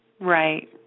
right